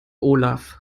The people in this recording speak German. olaf